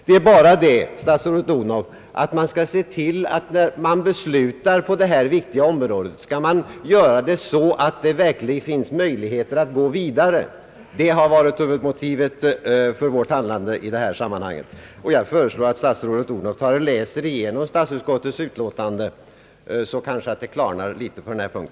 Det är bara det, statsrådet Odhnoff, att när man beslutar på detta viktiga område skall man göra det så att det verkligen finns möjligheter att gå vidare. Det har varit motivet för vårt handlande i detta sammanhang. Jag föreslår att statsrådet Odhnoff läser igenom statsutskottets utlåtande, så kanske det klarnar litet på denna punkt.